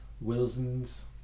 Wilson's